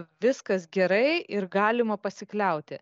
viskas gerai ir galima pasikliauti